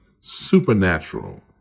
supernatural